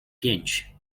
pięć